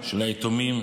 של היתומים,